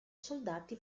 soldati